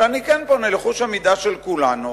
אבל אני כן פונה לחוש המידה של כולנו,